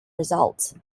results